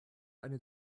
eine